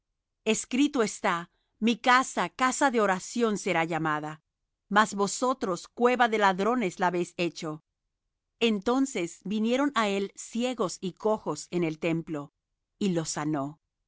escrito está mi casa casa de oración será llamada mas vosotros cueva de ladrones la habéis hecho entonces vinieron á él ciegos y cojos en el templo y